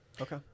okay